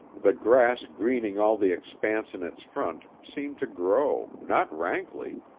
the grass greening all the expanse in its front seemed to grow, not rankly,